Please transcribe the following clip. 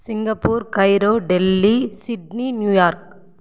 Singapore Cairo Delhi Sydney New York